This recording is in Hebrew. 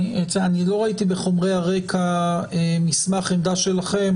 לא ראיתי בחומרי הרקע מסמך עמדה שלכם,